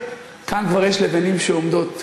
כאן כבר יש לבנים שעומדות,